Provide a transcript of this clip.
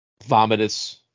Vomitous